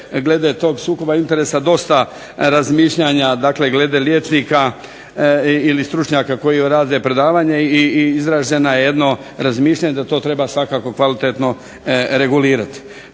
glede tog sukoba interesa dosta razmišljanja dakle glede liječnika ili stručnjaka koji rade predavanja i izraženo je jedno mišljenje da to treba svakako kvalitetno regulirati.